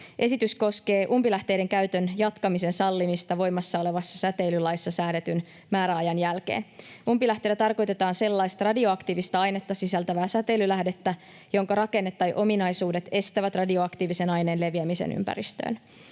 Esitys koskee umpilähteiden käytön jatkamisen sallimista voimassa olevassa säteilylaissa säädetyn määräajan jälkeen. Umpilähteellä tarkoitetaan sellaista radioaktiivista ainetta sisältävää säteilylähdettä, jonka rakenne tai ominaisuudet estävät radioaktiivisen aineen leviämisen ympäristöön.